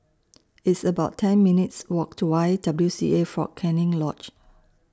It's about ten minutes' Walk to Y W C A Fort Canning Lodge